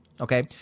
Okay